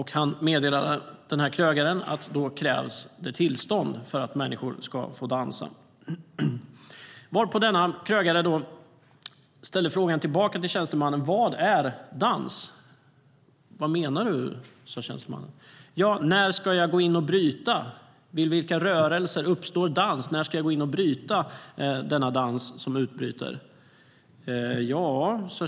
Han meddelade krögaren att det krävs tillstånd för att människor ska få dansa.Krögaren ställde då frågan tillbaka till tjänstemannen: Vad är dans? Tjänstemannen sa: Vad menar du? Krögaren frågade: När ska jag gå in och bryta? Vid vilka rörelser uppstår dans, och när ska jag gå in och bryta denna dans som utbryter?